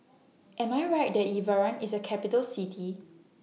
Am I Right that Yerevan IS A Capital City